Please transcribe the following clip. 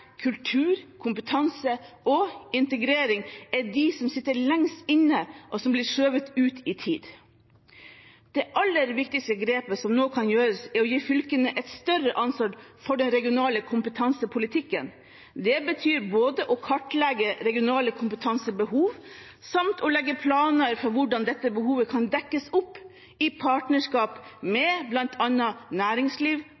kultur, kompetanse og integrering, er de som sitter lengst inne og blir skjøvet ut i tid. Det aller viktigste grepet som nå kan gjøres, er å gi fylkene et større ansvar for den regionale kompetansepolitikken. Det betyr både å kartlegge regionale kompetansebehov samt å legge planer for hvordan dette behovet kan dekkes opp i partnerskap